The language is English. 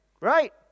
Right